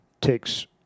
takes